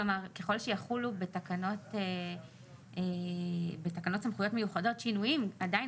כלומר ככל שיחולו בתקנות סמכויות מיוחדות שינויים עדיין